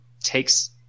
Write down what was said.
takes